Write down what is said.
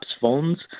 phones